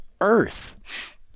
earth